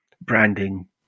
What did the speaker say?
branding